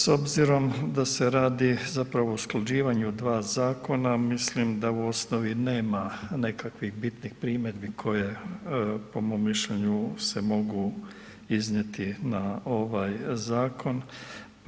S obzirom da se radi zapravo o usklađivanju 2 zakona mislim da u osnovi nema nekakvih bitnih primjedbi koje po mom mišljenju se mogu iznijeti na ovaj zakona.